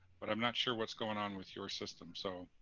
but i'm not sure what's going on with your system. so